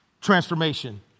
transformation